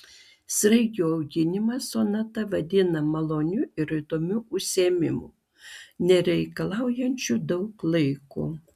sraigių auginimą sonata vadina maloniu ir įdomiu užsiėmimu nereikalaujančiu daug laiko